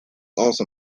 also